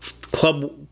club